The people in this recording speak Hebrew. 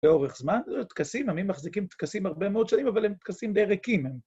לאורך זמן, זה טקסים, עמים מחזיקים טקסים הרבה מאוד שנים, אבל הם תכסים די ריקים.